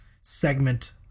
segment